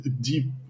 deep